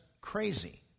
crazy